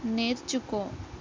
నేర్చుకో